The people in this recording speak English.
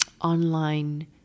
online